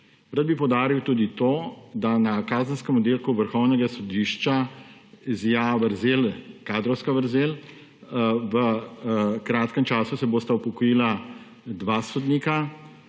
Rad bi poudaril tudi to, da na kazenskem oddelku Vrhovnega sodišča zija kadrovska vrzel. V kratkem času se bosta upokojila dva sodnika,